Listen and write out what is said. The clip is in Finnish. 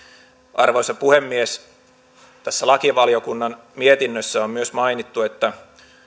arvoisa puhemies tässä lakivaliokunnan mietinnössä on myös mainittu että